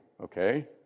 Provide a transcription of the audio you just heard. okay